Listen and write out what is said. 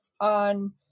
on